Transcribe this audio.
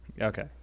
Okay